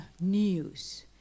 news